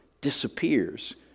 disappears